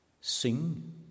sing